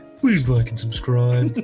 please like and subscribe,